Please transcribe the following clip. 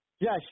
Yes